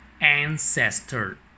Ancestor